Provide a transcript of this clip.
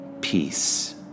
Peace